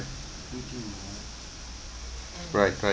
right right